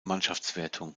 mannschaftswertung